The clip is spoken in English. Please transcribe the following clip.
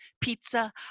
pizza